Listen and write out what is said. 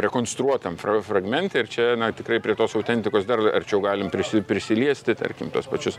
rekonstruotam fra fragmente ir čia tikrai prie tos autentikos dar arčiau galim prisi prisiliesti tarkim tuos pačius